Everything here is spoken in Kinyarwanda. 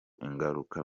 ingaruka